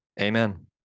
Amen